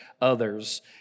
others